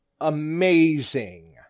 amazing